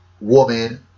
woman